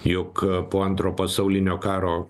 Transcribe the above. juk po antro pasaulinio karo